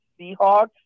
Seahawks